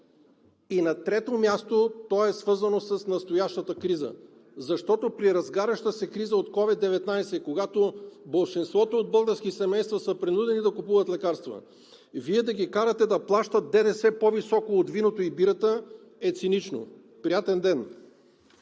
И на трето място, то е свързано с настоящата криза, защото при разгаряща се криза от COVID-19, когато болшинството български семейства са принудени да купуват лекарства, Вие да ги карате да плащат ДДС, по-високо от виното и бирата, е цинично. Приятен ден!